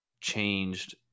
changed